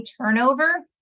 turnover